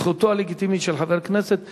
זכותו הלגיטימית של חבר כנסת שנרשם,